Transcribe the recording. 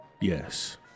Yes